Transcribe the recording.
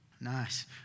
Nice